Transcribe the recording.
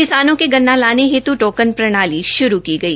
किसानों के गन्ना लाने हेतु टोकन प्रणाली शुरू की गई